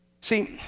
See